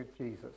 Jesus